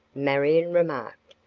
marion remarked,